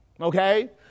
Okay